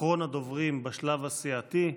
אחרון הדוברים בשלב הסיעתי,